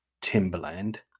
Timberland